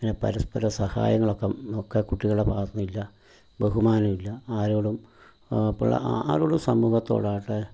അങ്ങനെ പരസ്പ്പര സഹായങ്ങളൊക്കെ ഓക്കെ കുട്ടികളുടെ ഭാഗത്ത്ന്നില്ല ബഹുമാനമില്ല ആരോടും ഇപ്പോഴാരോടും സമൂഹത്തോടാകട്ടെ